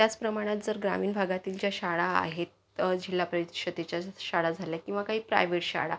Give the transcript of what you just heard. त्याच प्रमाणात जर ग्रामीण भागातील ज्या शाळा आहेत जिल्हा परिषदेच्या शाळा झाल्या किंवा काही प्रायवेट शाळा